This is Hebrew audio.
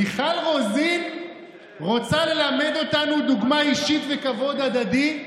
מיכל רוזין רוצה ללמד אותנו דוגמה אישית וכבוד הדדי.